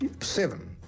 Seven